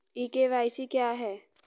ई KYC क्या है?